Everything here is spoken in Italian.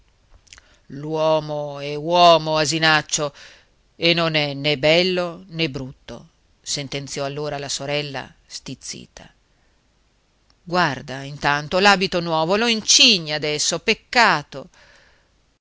l'uomo è uomo asinaccio e non è né bello né brutto sentenziò allora la sorella stizzita guarda intanto l'abito nuovo lo incigni adesso peccato